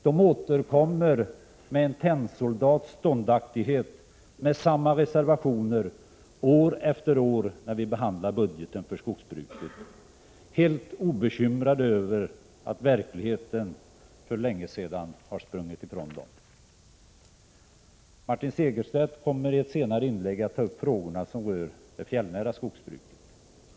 De återkommer med en tennsoldats ståndaktighet med samma reservationer år efter år när vi behandlar budgeten för skogsbruket, helt obekymrade över att verkligheten för länge sedan har sprungit ifrån dem. Martin Segerstedt kommer i ett senare inlägg att ta upp frågorna som rör det fjällnära skogsbruket.